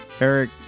Eric